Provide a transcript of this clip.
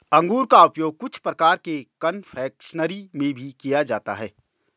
अंगूर का उपयोग कुछ प्रकार के कन्फेक्शनरी में भी किया जाता है